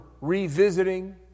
revisiting